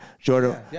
Jordan